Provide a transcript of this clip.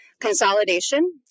Consolidation